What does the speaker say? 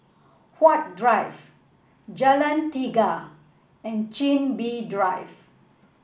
Huat Drive Jalan Tiga and Chin Bee Drive